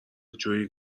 جویی